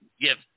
give